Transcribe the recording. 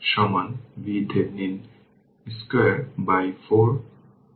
সুতরাং এটি একটি সাধারণ প্রব্লেম এবং এই i 3 vt মানে আমরা এটিকে t 0 এ নিচ্ছি